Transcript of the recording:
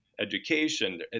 Education